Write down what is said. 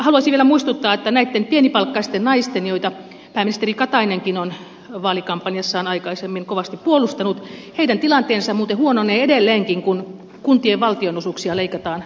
haluaisin vielä muistuttaa että näitten pienipalkkaisten naisten joita pääministeri katainenkin on vaalikampanjassaan aikaisemmin kovasti puolustanut tilanne muuten huononee edelleenkin kun kuntien valtionosuuksia leikataan miljarditolkulla